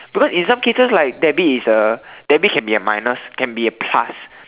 because in some cases like debit is a debit can be a minus can be a plus